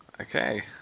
Okay